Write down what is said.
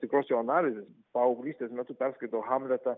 tikros jo analizės paauglystės metu perskaito hamletą